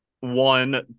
one